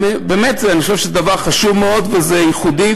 אני באמת חושב שזה דבר חשוב מאוד וייחודי,